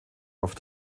auf